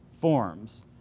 forms